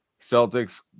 Celtics